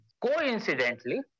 Coincidentally